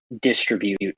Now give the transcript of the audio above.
distribute